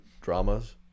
dramas